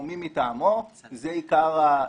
או מי מטעמו, שזה עיקר הפניות.